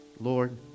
Lord